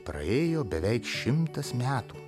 praėjo beveik šimtas metų